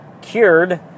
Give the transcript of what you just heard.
cured